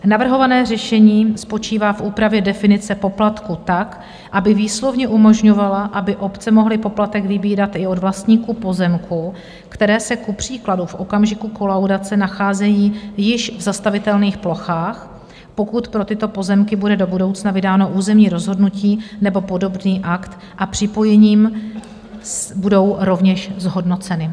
Navrhované řešení spočívá v úpravě definice poplatku tak, aby výslovně umožňovala, aby obce mohly poplatek vybírat i od vlastníků pozemků, které se kupříkladu v okamžiku kolaudace nacházejí již v zastavitelných plochách, pokud pro tyto pozemky bude do budoucna vydáno územní rozhodnutí nebo podobný akt a připojením budou rovněž zhodnoceny.